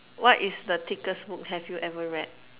what is the thickest book have you ever read